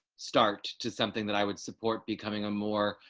start to something that i would support becoming a more.